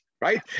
right